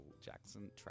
Jackson